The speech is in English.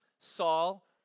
Saul